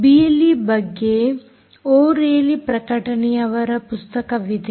ಬಿಎಲ್ಈಬಗ್ಗೆ O'Reilly Reilly ಪ್ರಕಟನೆಯವರ ಪುಸ್ತಕವಿದೆ